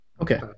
Okay